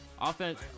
offense